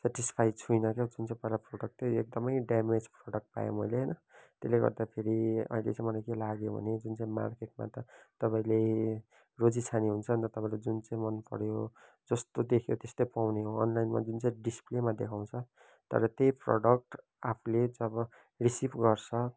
satisfy छुइनँ के जुन चाहिँ पहिला प्रडक्ट थियो यो एकदमै डेमेज प्रडक्ट पाएँ मैले होइन त्यसले गर्दाखेरि अहिले चाहिँ मलाई के लाग्यो भने जुन चाहिँ मार्केटमा त तपाईँले रोजी छाने हुन्छ अन्त तपाईँलाई जुन चाहिँ मनपऱ्यो जस्तो देख्यो त्यस्तै पाउने हो अनलाइनमा जुन चाहिँ डिसप्लेमा देखाउँछ तर त्यही प्रडक्ट आफूले जब रिसिभ गर्छ